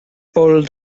pulled